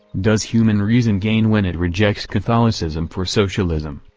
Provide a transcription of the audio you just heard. does human reason gain when it rejects catholicism for socialism?